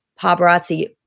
paparazzi